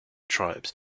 tribes